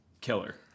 killer